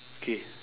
K